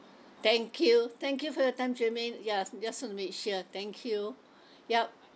thank you thank you for your time jermaine ya just want to make sure thank you yup